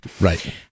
right